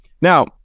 Now